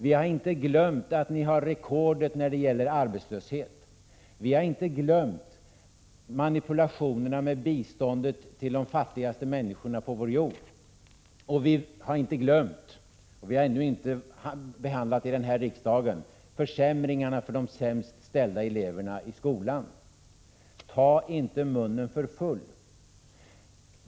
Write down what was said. Vi har inte glömt att ni har rekordet när det gäller arbetslöshet, vi har inte glömt manipulationerna med biståndet till de fattigaste människorna på vår jord, och vi har inte glömt — och har ännu inte behandlat i riksdagen — försämringarna för de sämst ställda eleverna i skolan. Ta inte munnen för full!